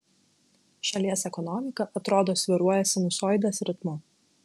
šalies ekonomika atrodo svyruoja sinusoidės ritmu